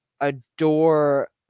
adore